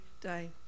day